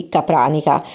Capranica